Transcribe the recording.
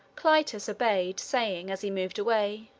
clitus obeyed, saying, as he moved away,